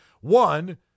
One